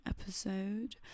episode